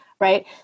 right